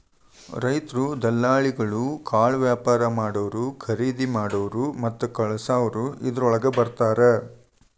ರೈತ್ರು, ದಲಾಲಿಗಳು, ಕಾಳವ್ಯಾಪಾರಾ ಮಾಡಾವ್ರು, ಕರಿದಿಮಾಡಾವ್ರು ಮತ್ತ ಕಳಸಾವ್ರು ಇದ್ರೋಳಗ ಬರ್ತಾರ